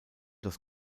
das